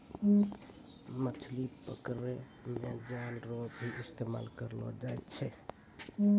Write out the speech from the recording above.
मछली पकड़ै मे जाल रो भी इस्तेमाल करलो जाय छै